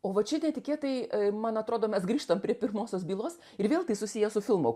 o va čia netikėtai man atrodo mes grįžtam prie pirmosios bylos ir vėl tai susiję su filmo